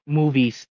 movies